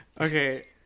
Okay